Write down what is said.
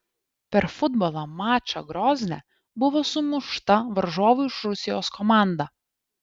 per futbolo mačą grozne buvo sumušta varžovų iš rusijos komanda